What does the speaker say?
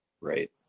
Right